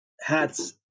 hats